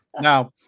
Now